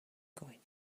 going